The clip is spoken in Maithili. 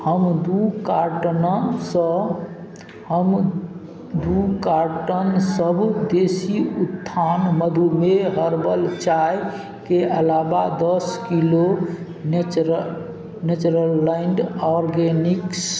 हम दुइ कार्टनक सऽ हम दुइ कार्टनसब देशी उत्थान मधुमेह हर्बल चाइके अलावा दस किलो नेचुरल नेचरलैण्ड ऑर्गेनिक्स